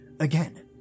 Again